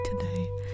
today